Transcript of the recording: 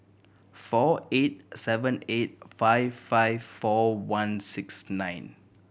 four eight seven eight five five four one six nine